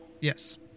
yes